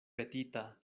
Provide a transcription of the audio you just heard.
petita